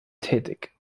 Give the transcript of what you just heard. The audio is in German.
tätig